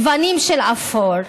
גוונים של אפור.